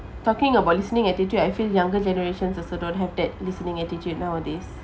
talking about listening attitude I feel younger generations also don't have that listening attitude nowadays